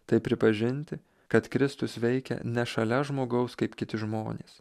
tai pripažinti kad kristus veikia ne šalia žmogaus kaip kiti žmonės